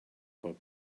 pob